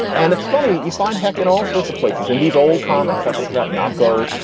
and it's funny. you find hecan all sorts of places. and these old comics i talked about, nocco,